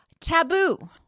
Taboo